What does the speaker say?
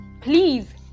please